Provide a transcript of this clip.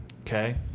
Okay